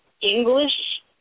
English